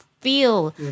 feel